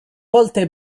volte